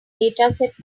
dataset